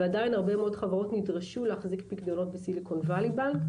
ועדיין הרבה מאוד חברות נדרשו להחזיק פקדונות בסיליקון ואלי בנק.